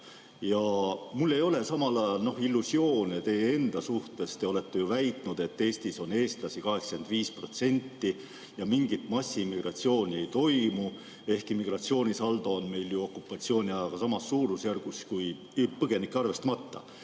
samal ajal mul ei ole illusioone teie enda suhtes. Te olete väitnud, et Eestis on eestlasi 85% ja mingit massiimmigratsiooni ei toimu, ehkki migratsioonisaldo on meil okupatsiooniajaga samas suurusjärgus, põgenikke arvestamata.